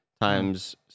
times